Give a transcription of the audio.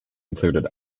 included